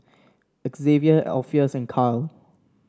Xzavier Alpheus and Kyle